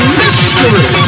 mystery